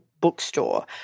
bookstore